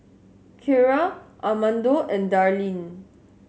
Kiera Armando and Darlyne